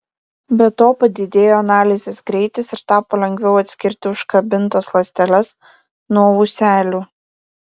be to padidėjo analizės greitis ir tapo lengviau atskirti užkabintas ląsteles nuo ūselių